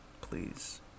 Please